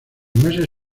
meses